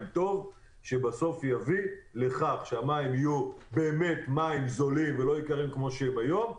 טוב שבסוף יביא לכך שהמים יהיו באמת מים זולים ולא יקרים כמו היום.